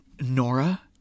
Nora